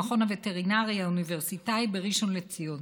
במכון הווטרינרי האוניברסיטאי בראשון לציון.